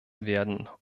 werden